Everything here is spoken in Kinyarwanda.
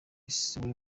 siwe